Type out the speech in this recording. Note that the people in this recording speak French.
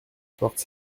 porte